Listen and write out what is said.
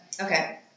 Okay